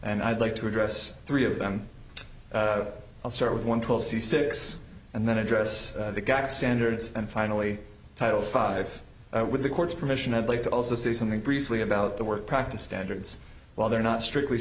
and i'd like to address three of them i'll start with one twelve c six and then address the got standards and finally title five with the court's permission i'd like to also say something briefly about the work practice standards while they're not strictly